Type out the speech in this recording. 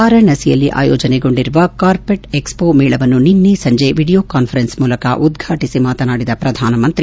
ವಾರಾಣಸಿಯಲ್ಲಿ ಆಯೋಜನೆಗೊಂಡಿರುವ carpet expo ಮೇಳವನ್ನು ನಿನ್ನೆ ಸಂಜೆ ವಿಡಿಯೋ ಕಾಸ್ಫರೆನ್ಸ್ ಮೂಲಕ ಉದ್ಘಾಟಿಸಿ ಮಾತನಾಡಿದ ಪ್ರಧಾನಮಂತ್ರಿ